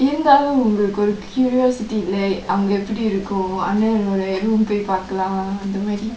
இருந்தாலும் உங்கலுக்கு ஓறு:irunthaalum ungkalukku oru curiosity இல்லை அங்க எப்படி இருக்கும் அண்ணணொட:illai angka epadi irukkum annanoda room போய் பாக்கலாம்:poi paakalaam